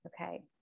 Okay